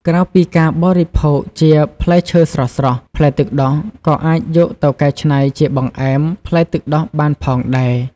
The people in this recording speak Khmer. ក្រៅពីការបរិភោគជាផ្លែឈើស្រស់ៗ ផ្លែទឹកដោះក៏អាចយកទៅកែច្នៃជាបង្អែមផ្លែទឹកដោះបានផងដែរ។